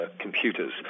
computers